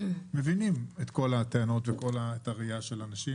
אנחנו מבינים את כל הטענות והראייה של אנשים,